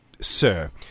sir